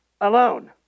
alone